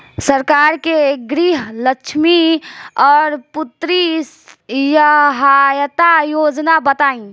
सरकार के गृहलक्ष्मी और पुत्री यहायता योजना बताईं?